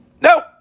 No